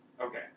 Okay